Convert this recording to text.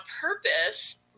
purpose